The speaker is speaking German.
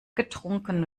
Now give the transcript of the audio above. getrunken